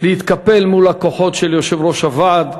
להתקפל מול הכוחות של יושב-ראש הוועד.